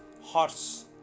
horse